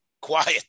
quiet